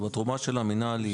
התרומה של המינהל היא